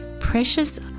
Precious